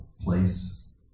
place